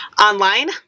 online